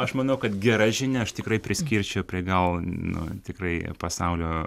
aš manau kad gera žinia aš tikrai priskirčiau prie gal nu tikrai pasaulio